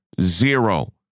Zero